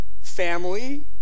family